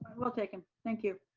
will take him. thank you.